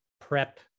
prep